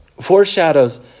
foreshadows